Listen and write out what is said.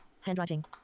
handwriting